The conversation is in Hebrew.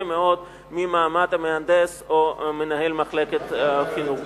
מאוד מהמעמד של המהנדס או מנהל מחלקת חינוך.